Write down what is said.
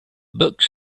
books